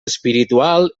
espiritual